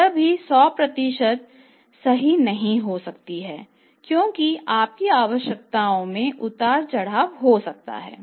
यह भी 100 सत्य नहीं है क्योंकि आपकी आवश्यकताओं में उतार चढ़ाव होता रहता है